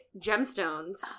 gemstones